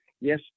yes